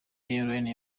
airlines